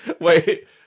Wait